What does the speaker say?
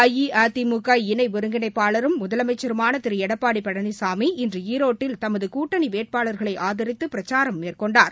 அஇஅதிமுக இணை ஒருங்கிணைப்பாளரும் முதலமைச்சருமான திரு எடப்பாடி பழனிசாமி இன்று ஈரோட்டில் தமது கூட்டணி வேட்பாளர்களை ஆதித்து பிரச்சாரம் மேற்கொண்டார்